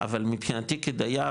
אבל מבחינתי כדייר,